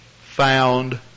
found